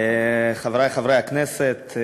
חברי חברי הכנסת,